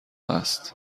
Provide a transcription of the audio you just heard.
است